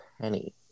penny